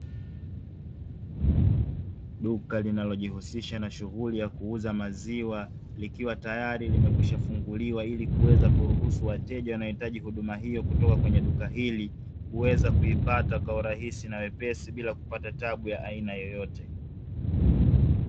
Duka linalojihusisha na shughuli ya kuuza maziwa, likiwa tayari limekwishafunguliwa ili kuruhusu wateja wanaohitaji huduma hio kutoka kwenye duka hili kuweza kuipata kwa urahisi na wepesi bila kupata tabu ya aina yeyote.